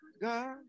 God